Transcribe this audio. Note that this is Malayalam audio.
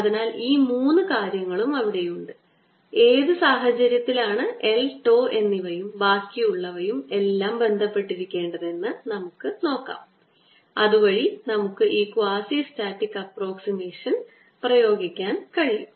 അതിനാൽ ഈ മൂന്ന് കാര്യങ്ങളും അവിടെയുണ്ട് ഏത് സാഹചര്യത്തിലാണ് l τ എന്നിവയും ബാക്കിയുള്ളവയും എല്ലാം ബന്ധപ്പെട്ടിരിക്കേണ്ടതെന്ന് നമുക്ക് നോക്കാം അതുവഴി നമുക്ക് ഈ ക്വാസിസ്റ്റാറ്റിക് അപ്പ്രൊക്സിമേഷൻ പ്രയോഗിക്കാൻ കഴിയും